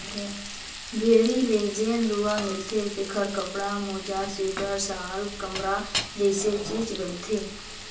भेड़ी ले जेन रूआ मिलथे तेखर कपड़ा, मोजा सिवटर, साल, कमरा जइसे चीज बनथे